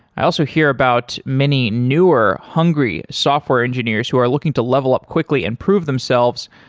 i also hear about many newer hungry software engineers who are looking to level up quickly and prove themselves,